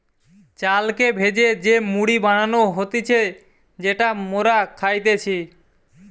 চালকে ভেজে যে মুড়ি বানানো হতিছে যেটা মোরা খাইতেছি